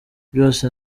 byose